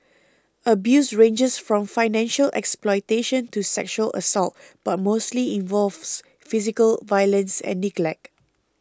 abuse ranges from financial exploitation to sexual assault but mostly involves physical violence and neglect